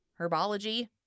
herbology